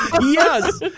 Yes